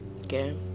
Okay